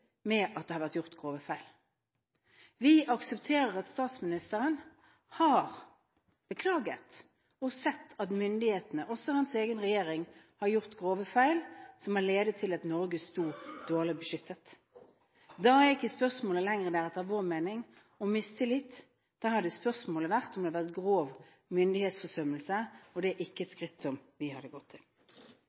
med at det har vært gjort grove feil. Vi aksepterer at statsministeren har beklaget og sett at myndighetene – også hans egen regjering – har gjort grove feil som har ledet til at Norge sto dårlig beskyttet. Da er ikke spørsmålet lenger der, etter vår mening, om det er mistillit, da hadde spørsmålet vært om det har vært grov myndighetsforsømmelse – og det er ikke et skritt som vi hadde gått til.